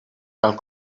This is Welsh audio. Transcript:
gael